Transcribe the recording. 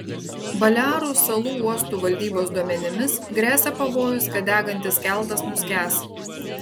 balearų salų uostų valdybos duomenimis gresia pavojus kad degantis keltas nuskęs